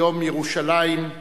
יום ירושלים,